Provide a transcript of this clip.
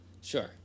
sure